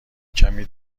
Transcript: کمی